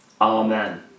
Amen